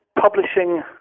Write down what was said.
publishing